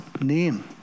name